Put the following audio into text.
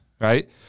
right